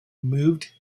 moved